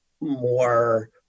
more